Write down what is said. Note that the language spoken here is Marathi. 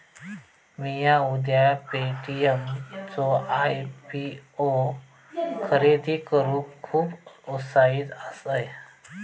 मिया उद्या पे.टी.एम चो आय.पी.ओ खरेदी करूक खुप उत्साहित असय